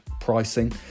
pricing